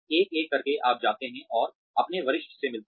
एक एक करके आप जाते हैं और अपने वरिष्ठ से मिलते हैं